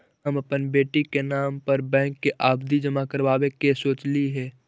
हम अपन बेटी के नाम पर बैंक में आवधि जमा करावावे के सोचली हे